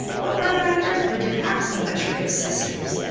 what brother on earth would do half so much for his sisters,